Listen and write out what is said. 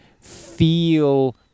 feel